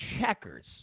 checkers